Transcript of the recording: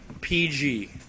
PG